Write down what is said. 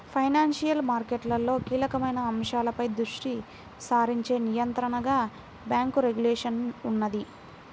financial మార్కెట్లలో కీలకమైన అంశాలపై దృష్టి సారించే నియంత్రణగా బ్యేంకు రెగ్యులేషన్ ఉన్నది